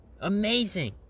Amazing